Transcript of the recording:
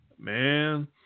Man